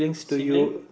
sibling